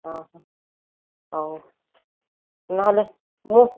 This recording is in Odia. ଓ ହୋ ହଉ ନହେଲେ ମୁଁ